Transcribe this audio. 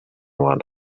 one